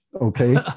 Okay